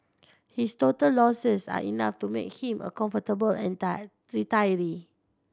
his total losses are enough to make him a comfortable retiree